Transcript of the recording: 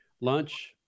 lunch